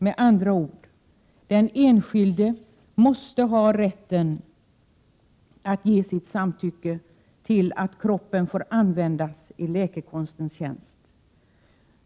Med andra ord: Den enskilde måste ha rätten att ge sitt samtycke till att kroppen får användas i läkekonstens tjänst.